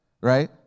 right